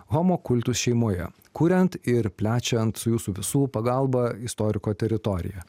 homo kultus šeimoje kuriant ir plečiant su jūsų visų pagalba istoriko teritorija